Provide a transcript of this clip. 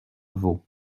veau